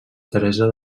teresa